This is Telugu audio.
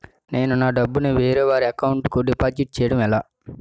నేను నా డబ్బు ని వేరే వారి అకౌంట్ కు డిపాజిట్చే యడం ఎలా?